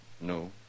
No